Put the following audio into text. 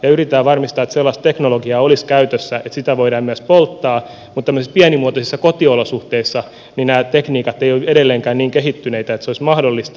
yritetään varmistaa että sellaista teknologiaa olisi käytössä että sitä voidaan myös polttaa mutta tämmöisissä pienimuotoisissa kotiolosuhteissa nämä tekniikat eivät ole edelleenkään niin kehittyneitä että se olisi mahdollista